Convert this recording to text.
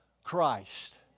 Christ